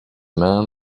man